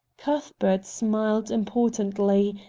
cuthbert smiled importantly,